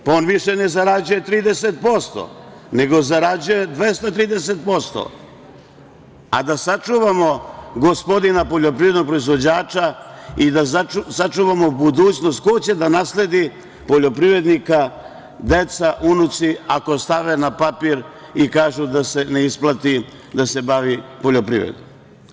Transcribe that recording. Pa, on više ne zarađuje 30%, nego zarađuje 230%, a da sačuvamo gospodina poljoprivrednog proizvođača i da sačuvamo budućnost, ko će da nasledi poljoprivrednika, deca, unuci, ako stave na papir i kažu da se ne isplati da se bave poljoprivredom.